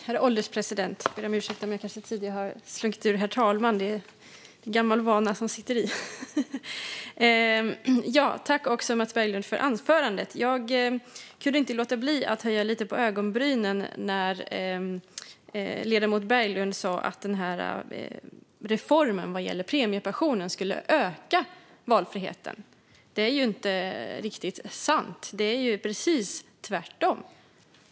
Herr ålderspresident! Jag tackar Mats Berglund för hans anförande. Jag kunde inte låta bli att höja lite på ögonbrynen när ledamoten Berglund sa att denna reform vad gäller premiepensionen skulle öka valfriheten. Det är inte sant. Det är precis tvärtom.